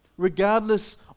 regardless